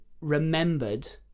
remembered